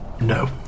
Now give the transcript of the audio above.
No